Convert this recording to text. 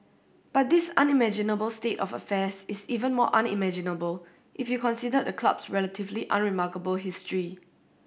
but this unimaginable state of affairs is even more unimaginable if you considered the club's relatively unremarkable history